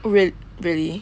oh real~ really